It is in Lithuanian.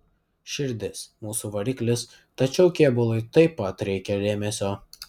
širdis mūsų variklis tačiau kėbului taip pat reikia dėmesio